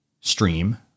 stream